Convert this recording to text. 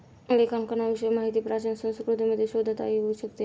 लेखांकनाविषयी माहिती प्राचीन संस्कृतींमध्ये शोधता येऊ शकते